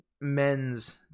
men's